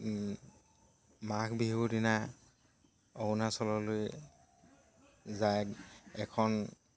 মাঘ বিহুৰ দিনা অৰুণাচললৈ যায় এখন